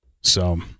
So-